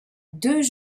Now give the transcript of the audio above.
deux